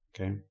Okay